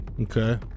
Okay